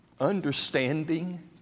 understanding